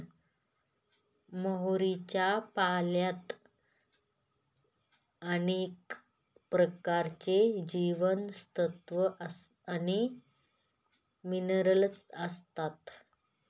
मोहरीच्या पाल्यात अनेक प्रकारचे जीवनसत्व आणि मिनरल असतात